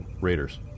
Raiders